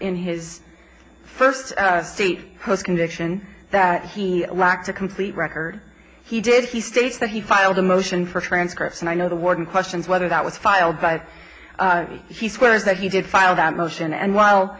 in his first state postcondition that he lacked a complete record he did he states that he filed a motion for transcripts and i know the warden questions whether that was filed but he swears that he did file that motion and while